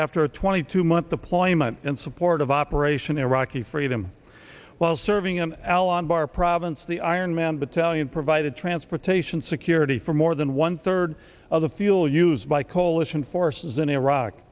after a twenty two month the ploy a month in support of operation iraqi freedom while serving in al anbar province the iron man battalion provided transportation security for more than one third of the fuel used by coalition forces in iraq